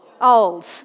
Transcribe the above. Old